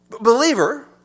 Believer